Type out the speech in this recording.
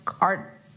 art